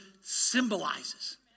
symbolizes